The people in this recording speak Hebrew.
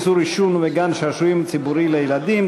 איסור עישון בגן-שעשועים ציבורי לילדים),